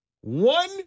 One